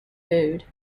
food